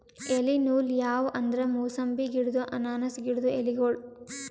ಎಲಿ ನೂಲ್ ಯಾವ್ ಅಂದ್ರ ಮೂಸಂಬಿ ಗಿಡ್ಡು ಅನಾನಸ್ ಗಿಡ್ಡು ಎಲಿಗೋಳು